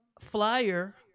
flyer